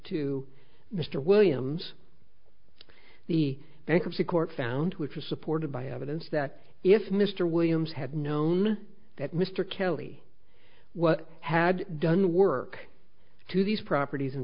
to mr williams the bankruptcy court found which was supported by evidence that if mr williams had known that mr kelly what had done work to these properties